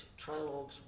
trilogues